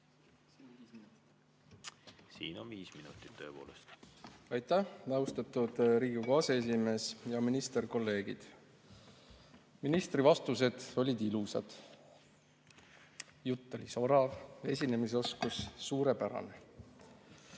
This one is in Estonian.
Siin on viis minutit tõepoolest. Aitäh, austatud Riigikogu aseesimees! Hea minister! Kolleegid! Ministri vastused olid ilusad. Jutt oli sorav, esinemisoskus suurepärane.